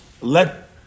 let